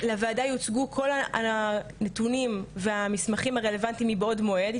לוועדה יוצגו כל הנתונים והמסמכים הרלוונטיים מבעוד מועד,